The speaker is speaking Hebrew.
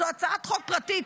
זו הצעת חוק פרטית.